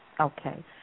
Okay